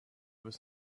was